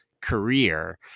career